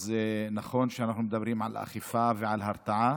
נכון שאנחנו מדברים על אכיפה ועל הרתעה,